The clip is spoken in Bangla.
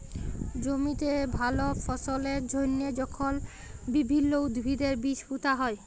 জমিতে ভাল ফললের জ্যনহে যখল বিভিল্ল্য উদ্ভিদের বীজ পুঁতা হ্যয়